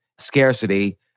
scarcity